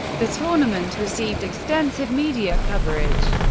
the tournament received extensive media coverage.